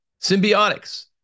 symbiotics